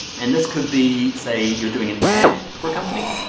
and this could be say you're doing an ad for a company.